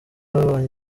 babonye